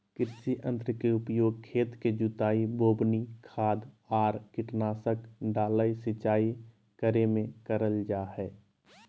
कृषि यंत्र के उपयोग खेत के जुताई, बोवनी, खाद आर कीटनाशक डालय, सिंचाई करे मे करल जा हई